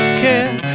care